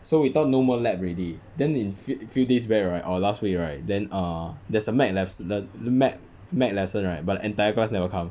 so we thought no more lab ready then in fe~ few days back right our last week right then err there's a mech les~ the the mech mech lesson right but the entire class never come